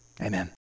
Amen